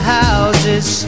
houses